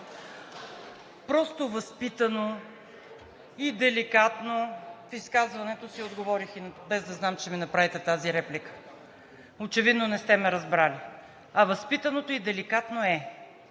Просто възпитано и деликатно в изказването си отговорих, без да знам, че ще ми направите тази реплика. Очевидно не сте ме разбрали. А възпитаното и деликатното